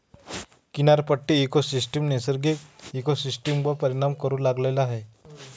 किनारपट्टी इकोसिस्टम नैसर्गिक इकोसिस्टमवर परिणाम करू लागला आहे